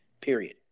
period